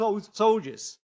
soldiers